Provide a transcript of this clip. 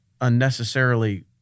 unnecessarily